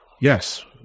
Yes